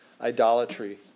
idolatry